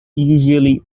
usually